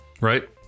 Right